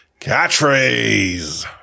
catchphrase